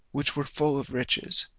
which were full of riches.